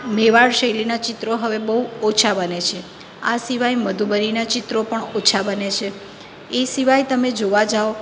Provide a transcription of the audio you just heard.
મેવાડ શૈલીના ચિત્રો હવે બહુ ઓછા બને છે આ સિવાય મધુબરીના ચિત્રો પણ ઓછા બને છે એ સિવાય તમે જોવા જાવ